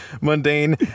mundane